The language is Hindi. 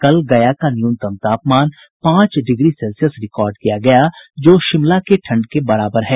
कल गया का न्यूनतम तापमान पांच डिग्री सेल्सियस रिकॉर्ड किया गया जो शिमला के ठंड के बराबर है